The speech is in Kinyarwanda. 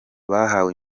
bahawe